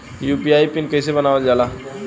UPI PIN कइसे बनावल जाला?